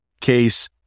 case